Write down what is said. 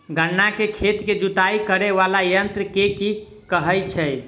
गन्ना केँ खेत केँ जुताई करै वला यंत्र केँ की कहय छै?